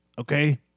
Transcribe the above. okay